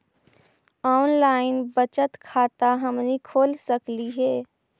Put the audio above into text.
Online बचत खाता हमनी खोल सकली हे?